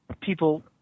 people